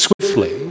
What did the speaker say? swiftly